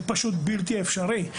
זה פשוט בלתי אפשרי.